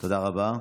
תודה רבה.